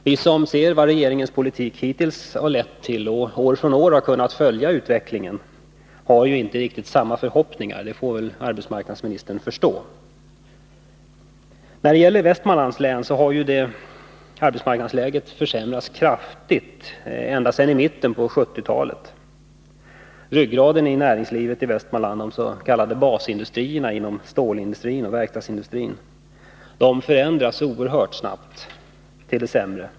Vi som ser vad regeringens politik hittills har lett till och som år från år har kunnat följa utvecklingen har ju inte riktigt samma förhoppningar — det får väl arbetsmarknadsministern förstå. Uppsala län När det gäller Västmanlands län, så har ju arbetsmarknadsläget försämrats kraftigt ända sedan mitten på 1970-talet. Ryggraden i näringslivet i Västmanland — de s.k. basindustrierna inom stålindustrin och verkstadsindustrin — förändras oerhört snabbt till det sämre.